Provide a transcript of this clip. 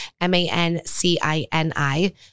M-A-N-C-I-N-I